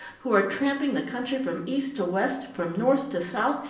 who are tramping the country from east to west, from north to south,